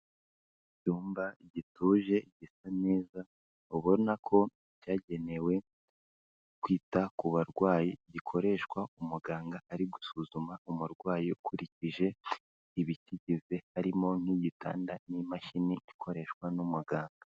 Icyumba gituje gisa neza ubona ko cyagenewe kwita ku barwayi gikoreshwa umuganga ari gusuzuma umurwayi ukurikije ibitigeze harimo n'igitanda n'imashini ikoreshwa n'umuganga.